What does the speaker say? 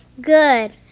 Good